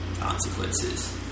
consequences